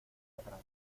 atrás